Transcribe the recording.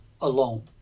Alone